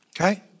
okay